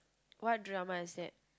what drama is that